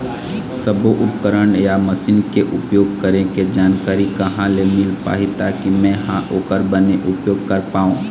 सब्बो उपकरण या मशीन के उपयोग करें के जानकारी कहा ले मील पाही ताकि मे हा ओकर बने उपयोग कर पाओ?